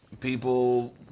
people